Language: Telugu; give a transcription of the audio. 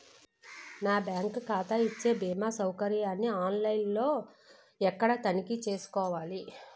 నా బ్యాంకు ఖాతా ఇచ్చే భీమా సౌకర్యాన్ని ఆన్ లైన్ లో ఎక్కడ తనిఖీ చేసుకోవాలి?